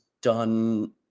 done